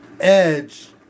edge